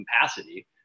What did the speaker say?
capacity